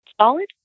solid